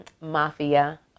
Mafia